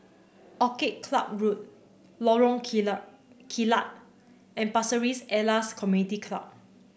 Orchid Club Road Lorong Kilat and Pasir Ris Elias Community Club